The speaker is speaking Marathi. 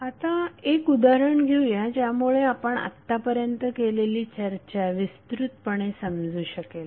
आता एक उदाहरण घेऊया ज्यामुळे आपण आत्तापर्यंत केलेली चर्चा विस्तृतपणे समजू शकेल